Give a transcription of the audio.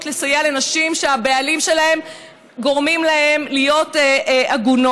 לסייע לנשים שהבעלים שלהן גורמים להן להיות עגונות.